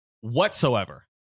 whatsoever